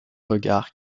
regards